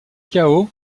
cao